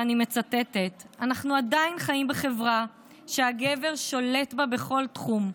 ואני מצטטת: "אנחנו עדיין חיים בחברה שהגבר שולט בה בכל תחום,